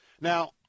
Now